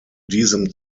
diesem